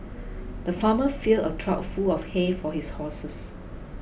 the farmer filled a trough full of hay for his horses